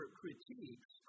critiques